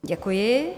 Děkuji.